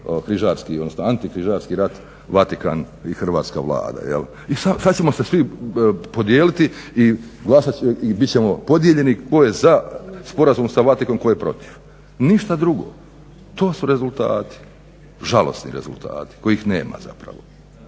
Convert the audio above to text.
križarski odnosno antikrižarski rat Vatikan i Hrvatska Vlada i sad ćemo se svi podijeliti i bit ćemo podijeljeni tko je za sporazum sa Vatikanom, tko je protiv. Ništa drugo. To su rezultati, žalosni rezultati kojih nema zapravo.